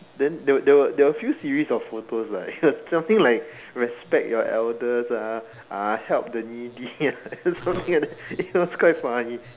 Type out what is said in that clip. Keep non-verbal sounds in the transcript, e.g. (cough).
then they were they were they were a few series of photos like (laughs) something like respect your elders ah uh help the needy lah (laughs) something like that it was quite funny